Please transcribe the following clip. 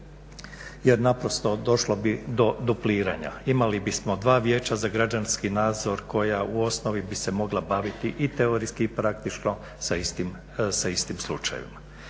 Jer naprosto došlo bi do dupliranja. Imali bismo dva Vijeća za građanski nadzor koja u osnovi bi se mogla baviti i teorijski i praktično sa istim slučajevima.